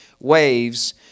waves